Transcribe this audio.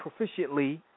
proficiently